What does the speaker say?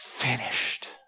Finished